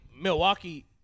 Milwaukee